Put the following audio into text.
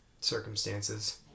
circumstances